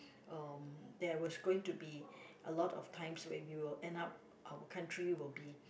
um there was going to be a lot of times where we will end up our country will be